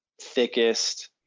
thickest